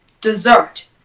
dessert